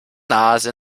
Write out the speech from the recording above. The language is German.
nase